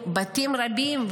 בתים רבים,